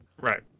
Right